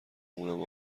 مونم